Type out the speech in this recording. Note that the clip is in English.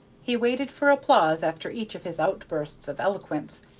he waited for applause after each of his outbursts of eloquence,